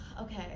Okay